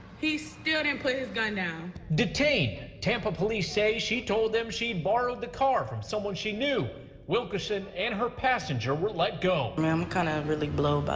he still didn't please gun now detained tampa police say she told them she borrowed the car from someone she knew wilkerson and her passenger were let go them kind of really blow. but